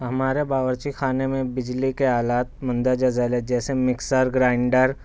ہمارا باورچی خانے میں بجلی کے آلات مندرجہ ذیل ہے جیسے مکسر گرائنڈر